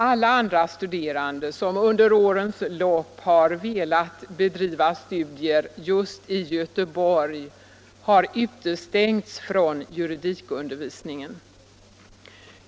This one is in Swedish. Alla andra studerande, som under årens lopp har velat bedriva studier just i Göteborg, har utestängts från juridikundervisningen.